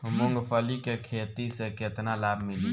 मूँगफली के खेती से केतना लाभ मिली?